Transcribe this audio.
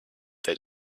that